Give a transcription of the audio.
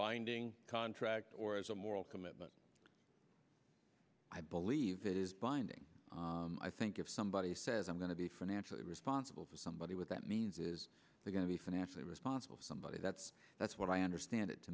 binding contract or as a moral commitment i believe that is binding i think if somebody says i'm going to be financially responsible to somebody with that means is going to be financially responsible somebody that's that's what i understand it to